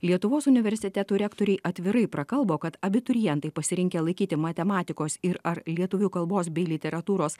lietuvos universitetų rektoriai atvirai prakalbo kad abiturientai pasirinkę laikyti matematikos ir ar lietuvių kalbos bei literatūros